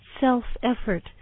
self-effort